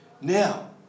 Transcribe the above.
Now